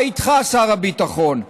מה איתך, שר הביטחון?